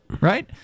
Right